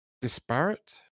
disparate